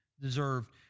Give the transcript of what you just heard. deserved